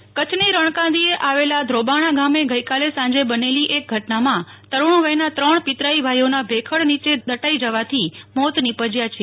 ત્રણ ભાઈઓના કરુણ મોત કચ્છની રણકાંધીએ આવેલા ધ્રોબના ગમે ગઈકાલે સાંજે બનેલી એક ઘટનામાં તરુણ વયના ત્રણ પિતરાઈ ભાઈઓના ભેખડ નીચે દટાઈ જવાથી મોત નીપજ્યા હતા